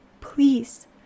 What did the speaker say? Please